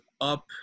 up